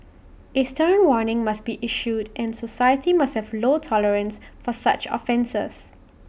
A stern warning must be issued and society must have low tolerance for such offences